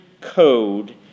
code